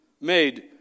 made